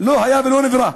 זה לא היה ולא נברא.